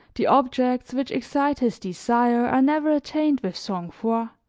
the objects which excite his desire are never attained with sangfroid